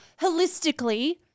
holistically